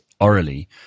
orally